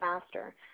faster